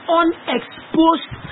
unexposed